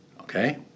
okay